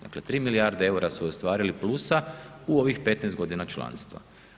Dakle 3 milijarde eura su ostvarili plusa u ovih 15 g. članstva.